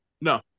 No